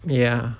ya